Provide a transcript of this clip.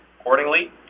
Accordingly